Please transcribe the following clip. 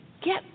Get